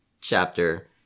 chapter